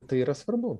tai yra svarbu